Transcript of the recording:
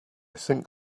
think